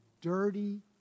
dirty